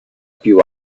più